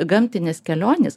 gamtinės kelionės